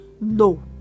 No